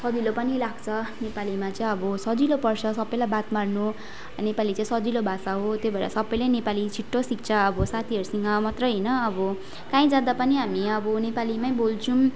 सजिलो पनि लाग्छ नेपालीमा चाहिँ अब सजिलो पर्छ सबैलाई बात मार्नु नेपाली चाहिँ सजिलो भाषा हो त्यही भएर सबैले नेपाली छिट्टो सिक्छ अब साथीहरूसँग मात्रै होइन अब कहीँ जाँदा पनि हामी अब नेपालीमै बोल्छौँ